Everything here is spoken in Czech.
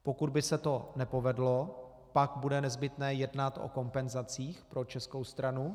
Pokud by se to nepovedlo, pak bude nezbytné jednat o kompenzacích pro českou stranu.